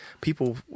People